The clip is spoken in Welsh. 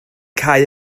cau